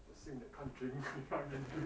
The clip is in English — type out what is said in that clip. sink that can't drink he can't even drink